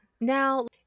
Now